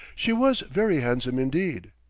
she was very handsome indeed,